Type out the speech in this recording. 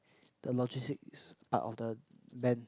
the logistics part of the band